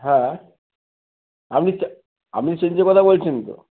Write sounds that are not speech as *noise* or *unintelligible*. হ্যাঁ আপনি *unintelligible* আপনি চেঞ্জের কথা বলছেন তো